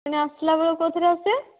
ପୁଣି ଆସିଲା ବେଳୁ କେଉଁଥିରେ ଆସିବା